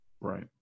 right